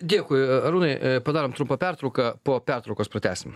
dėkui arūnai padarom trumpą pertrauką po pertraukos pratęsim